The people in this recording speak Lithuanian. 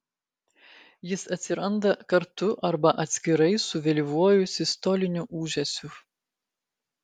jis atsiranda kartu arba atskirai su vėlyvuoju sistoliniu ūžesiu